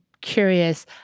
curious